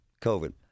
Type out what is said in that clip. COVID